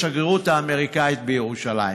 השגרירות האמריקנית בירושלים.